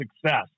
success